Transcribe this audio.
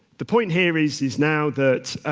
the point here is is now that,